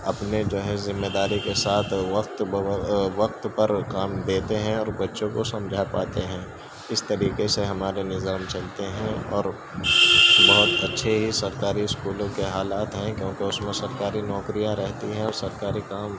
اپنے جو ہے ذمے داری کے ساتھ وقت بہ وقت پر کام دیتے ہیں اور بچوں کو سمجھا پاتے ہیں اس طریقے سے ہمارے نظام چلتے ہیں اور بہت اچھے سرکاری اسکولوں کے حالات ہیں کیونکہ اس میں سرکاری نوکریاں رہتی ہیں اور سرکاری کام